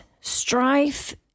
strife